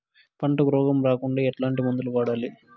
పంటకు రోగం రాకుండా ఎట్లాంటి మందులు వాడాలి?